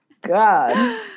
God